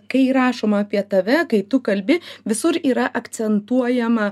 kai rašoma apie tave kai tu kalbi visur yra akcentuojama